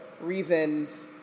reasons